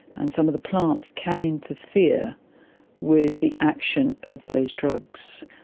and some of the plants can interfere with the action of those drugs,